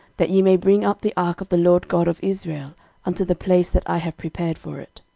that ye may bring up the ark of the lord god of israel unto the place that i have prepared for it.